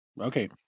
Okay